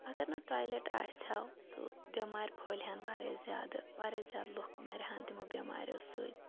اگر نہٕ ٹالیٹ آسہ ہا تہٕ بیمارِ پھہلہان وارِیاہ زیادٕ واریاہ زیادٕ لُکھ مَرِہان تِمو بیمارِیو سۭتۍ